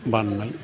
बान्नाय